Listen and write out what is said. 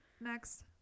Next